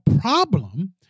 problem